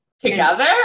together